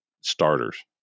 starters